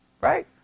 Right